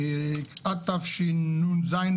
עד תשנ"ז,